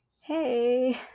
Hey